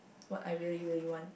what I really really want